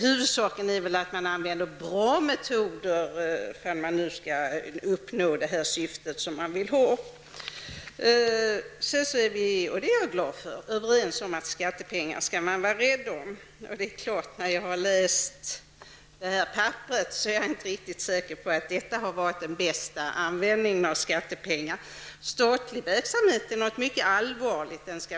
Huvudsaken är väl att man använder bra metoder, om man vill uppnå sitt syfte. Vi är överens om att man skall vara rädd om skattepengar, men efter att ha läst det här papperet är jag inte riktigt säker på att det är fråga om den bästa användningen av skattepengar. Statlig verksamhet är någonting mycket allvarligt.